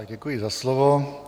Děkuji za slovo.